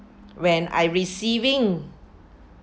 when I receiving